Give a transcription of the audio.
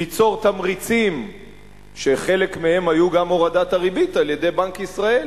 ליצור תמריצים שחלק מהם היו גם הורדת הריבית על-ידי בנק ישראל,